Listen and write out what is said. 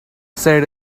said